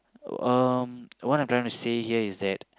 um what I'm trying to say here is that